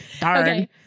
Darn